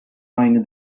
aynı